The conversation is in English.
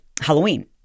Halloween